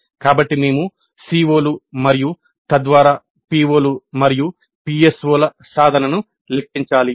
కాబట్టి మేము CO లు మరియు తద్వారా PO లు మరియు PSO ల సాధనను లెక్కించాలి